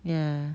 ya